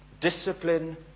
Discipline